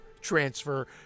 transfer